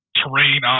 terrain